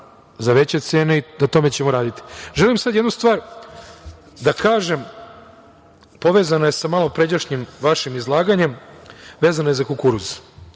za veće cene i na tome ćemo raditi. Želim sada jednu stvar da kažem, povezana je sa malopređašnjim vašim izlaganjem, vezano je za kukuruz.